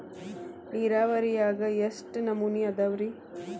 ನೇರಾವರಿಯಾಗ ಎಷ್ಟ ನಮೂನಿ ಅದಾವ್ರೇ?